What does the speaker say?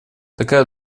такая